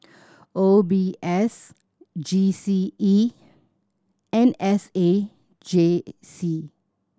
O B S G C E and S A J C